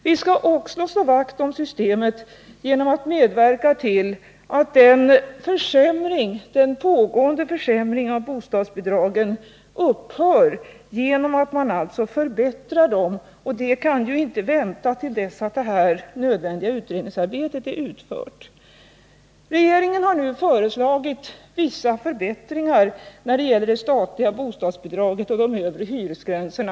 Vi skall också slå vakt om systemet genom att medverka till att den pågående försämringen av bostadsbidragen upphör. Bostadsbidragen bör alltså förbättras, och det kan inte vänta tills det nödvändiga utredningsarbetet är utfört. Regeringen har nu föreslagit vissa förbättringar när det gäller det statliga bostadsbidraget och de övre hyresgränserna.